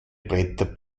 bretter